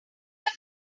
were